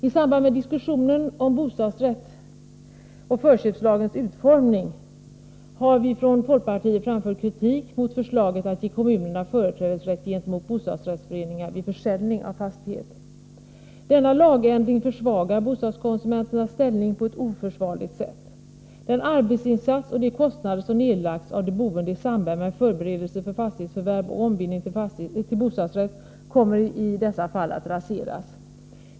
I samband med diskussionen om bostadsrätt och förköpslagens utformning har vi från folkpartiet framfört kritik mot förslaget att ge kommunerna företrädesrätt gentemot bostadsrättsföreningar vid försäljning av fastigheter. Denna lagändring försvagar bostadskonsumenternas ställning på ett oförsvarligt sätt. Den arbetsinsats och de kostnader som nedlagts av de boende i samband med förberedelser för fastighetsförvärv och ombildning till bostadsrätt kommer i dessa fall att raseras.